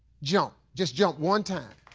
jump. just jump one time.